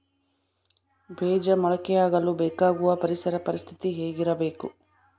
ಬೇಜ ಮೊಳಕೆಯಾಗಲು ಬೇಕಾಗುವ ಪರಿಸರ ಪರಿಸ್ಥಿತಿ ಹೇಗಿರಬೇಕು?